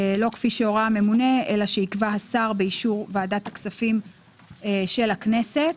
לא כפי שהורה הממונה אלא "שיקבע השר באישור ועדת הכספים של הכנסת".